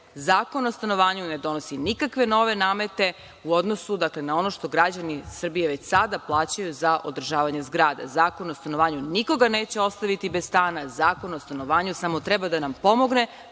Zakon o stanovanju ne donosi nikakve nove namete u odnosu na ono što građani Srbije već sada plaćaju za održavanje zgrada. Zakon o stanovanju nikoga neće ostaviti bez stana. Zakon o stanovanju samo treba da nam pomogne